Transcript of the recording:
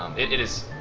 it is,